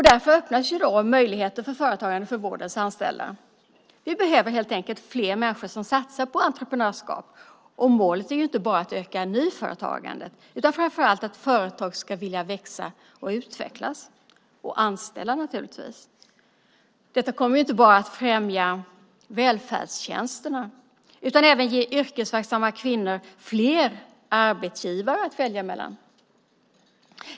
Därför öppnas möjligheter för företagande för vårdens anställda. Vi behöver helt enkelt fler människor som satsar på entreprenörskap. Målet är ju inte bara att öka nyföretagandet utan framför allt att företag ska växa, utvecklas och att man ska vilja anställa naturligtvis. Detta kommer inte bara att främja välfärdstjänsterna utan även ge yrkesverksamma kvinnor fler arbetsgivare att välja mellan.